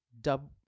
dub